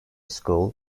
school